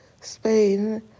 Spain